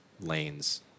lanes